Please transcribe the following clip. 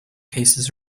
cases